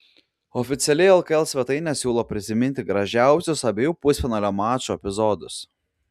oficiali lkl svetainė siūlo prisiminti gražiausius abiejų pusfinalio mačų epizodus